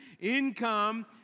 Income